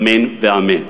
אמן ואמן.